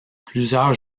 plusieurs